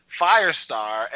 Firestar